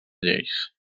lleis